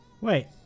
Wait